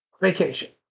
vacation